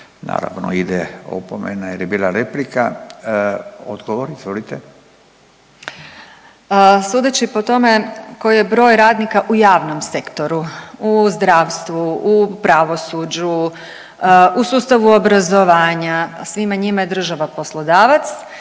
(Stranka s imenom i prezimenom)** Sudeći po tome koji je broj radnika u javnom sektoru, u zdravstvu, u pravosuđu, u sustavu obrazovanja, svima njima je država poslodavac